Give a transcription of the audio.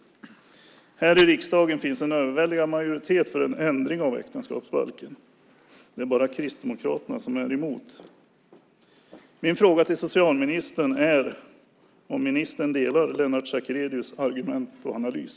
Här i riksdagen finns det en överväldigande majoritet för en ändring av äktenskapsbalken. Det är bara Kristdemokraterna som är emot. Min fråga till socialministern är om han delar Lennart Sacrédeus argument och analys.